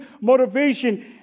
motivation